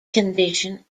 condition